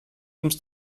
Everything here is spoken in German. ums